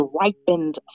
ripened